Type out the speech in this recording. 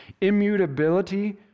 immutability